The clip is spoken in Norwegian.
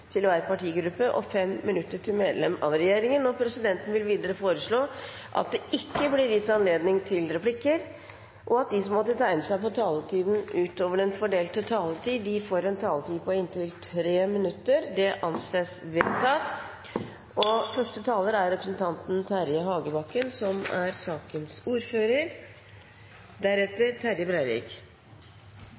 til 5 minutter til hver partigruppe og 5 minutter til medlemmer av regjeringen. Videre vil presidenten foreslå at det ikke blir gitt anledning til replikker, og at de som måtte tegne seg på talerlisten utover den fordelte taletid, får en taletid på inntil 3 minutter. – Det anses vedtatt. Komiteens flertall slutter seg til endringene i hvitvaskingsloven og verdipapirhandelloven som